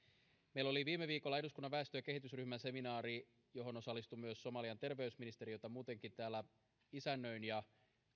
meillä oli viime viikolla eduskunnan väestö ja kehitysryhmän seminaari johon osallistui myös somalian terveysministeri jota muutenkin täällä isännöin ja